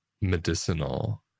medicinal